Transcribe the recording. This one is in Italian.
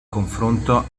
confronto